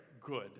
good